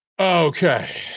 Okay